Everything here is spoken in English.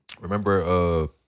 remember